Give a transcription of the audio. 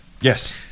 yes